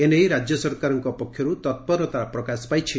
ଏନେଇ ରାଜ୍ୟ ସରକାରଙ୍କ ପକ୍ଷରୁ ତପ୍ରତା ପ୍ରକାଶ ପାଇଛି